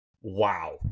wow